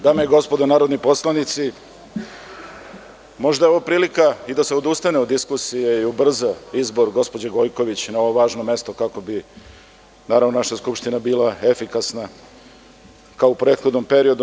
Dame i gospodo narodni poslanici, možda je ovo prilika i da se odustane od diskusije i ubrza izbor gospođe Gojković na ovo važno mesto, kako bi naša Skupština bila efikasna kao u prethodnom periodu.